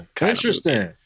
interesting